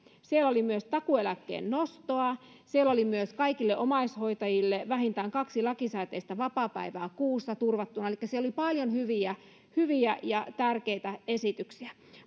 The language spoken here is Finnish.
silloin oli myös takuueläkkeen nostoa silloin oli myös kaikille omaishoitajille vähintään kaksi lakisääteistä vapaapäivää kuussa turvattuna elikkä oli paljon hyviä hyviä ja tärkeitä esityksiä